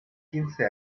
quince